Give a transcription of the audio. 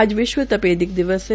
आज विश्व तपेदिक दिवस है